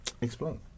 Explain